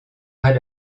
pas